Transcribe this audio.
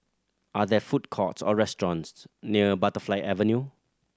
are there food courts or restaurants near Butterfly Avenue